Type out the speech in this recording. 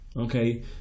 okay